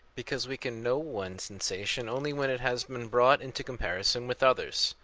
because we can know one sensation only when it has been brought into comparison with others.